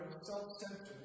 self-centered